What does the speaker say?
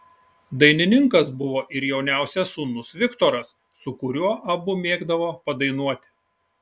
dainininkas buvo ir jauniausias sūnus viktoras su kuriuo abu mėgdavo padainuoti